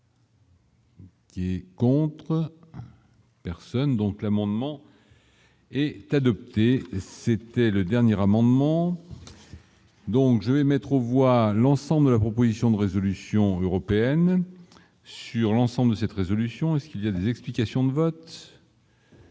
Qui compte 3 personnes, donc l'amendement est adopté, c'était le dernier amendement donc je vais mettre aux voix l'ensemble de la proposition de résolution européenne sur l'ensemble de cette résolution est-ce qu'il y a des explications de vote.